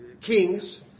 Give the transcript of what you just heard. Kings